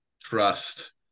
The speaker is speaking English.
trust